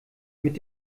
mit